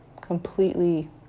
completely